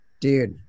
Dude